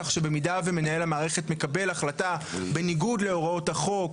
כך שבמידה ומנהל המערכת מקבל החלטה בניגוד להוראות החוק,